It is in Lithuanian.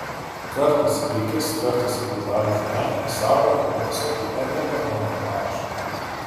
kartais į akis kartais į peizažą fone į saulę arba tiesiog į edvardo munko parašą